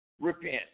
repent